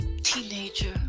teenager